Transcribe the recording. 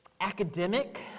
Academic